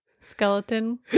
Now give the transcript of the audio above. Skeleton